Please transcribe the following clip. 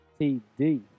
TD